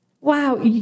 wow